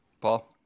Paul